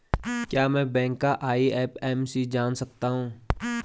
क्या मैं बैंक का आई.एफ.एम.सी जान सकता हूँ?